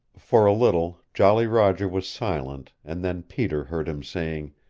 for a little jolly roger was silent and then peter heard him saying,